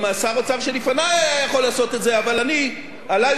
אבל עלי הוטלה המלאכה ואכן השלמתי אותה.